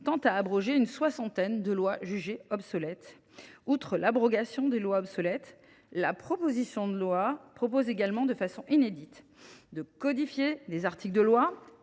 tend à abroger une soixantaine de lois jugées obsolètes. Outre l’abrogation de lois obsolètes, la proposition de loi prévoit également, de façon inédite, de codifier des articles de loi,